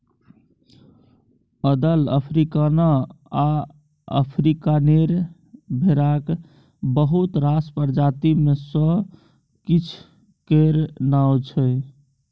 अदल, अफ्रीकाना आ अफ्रीकानेर भेराक बहुत रास प्रजाति मे सँ किछ केर नाओ छै